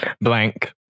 Blank